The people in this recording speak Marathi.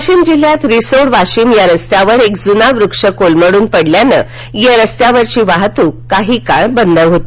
वाशिम जिल्ह्यात रिसोड वाशिम या रस्त्यावर एक जुना वृक्ष कोलमडून पडल्यानं या रस्त्यावरील वाहतूक काही काळ बंद होती